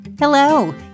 Hello